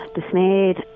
dismayed